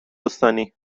استانی